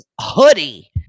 hoodie